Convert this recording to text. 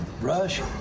Rush